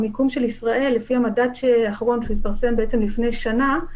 לפי המדד האחרון שהתפרסם לפני שנה,